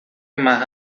más